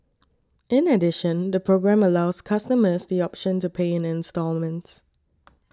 in addition the programme allows customers the option to pay in instalments